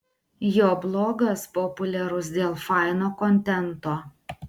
jo blogas populiarus dėl faino kontento